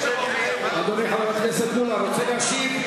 אדוני חבר הכנסת מולה רוצה להשיב?